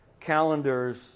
calendars